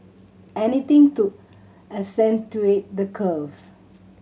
anything to accentuate the curves